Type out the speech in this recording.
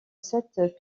sept